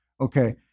Okay